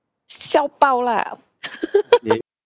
xiao bao lah